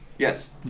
Yes